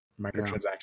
microtransaction